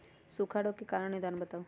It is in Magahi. सूखा रोग के कारण और निदान बताऊ?